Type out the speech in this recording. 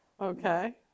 Okay